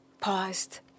paused